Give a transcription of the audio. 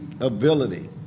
ability